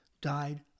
died